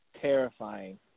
terrifying